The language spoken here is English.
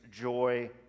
joy